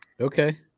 Okay